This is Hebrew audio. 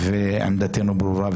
עמדתנו ברורה וידועה.